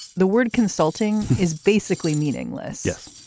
the word consulting is basically meaningless. yes.